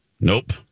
Nope